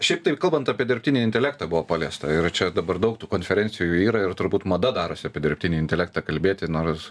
šiaip tai kalbant apie dirbtinį intelektą buvo paliesta ir čia dabar daug tų konferencijų yra ir turbūt mada darosi apie dirbtinį intelektą kalbėti nors